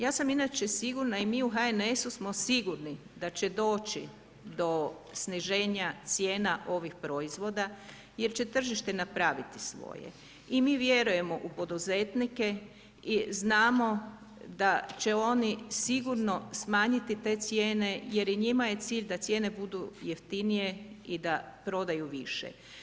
Ja sam inače sigurna i mi u HNS-u smo sigurni da će doći do sniženja cijena ovih proizvoda, jer će tržište napraviti svoje i mi vjerujemo u poduzetnike i znamo da će oni sigurno smanjiti te cijene, jer i njima je cilj da cijene budu jeftinije i da prodaju više.